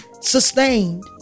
sustained